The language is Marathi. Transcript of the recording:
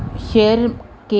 शेअर केले